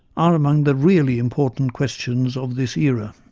are among the really important questions of this era